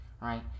right